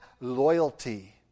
loyalty